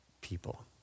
people